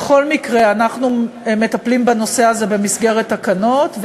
בכל מקרה אנחנו מטפלים בנושא הזה במסגרת תקנות,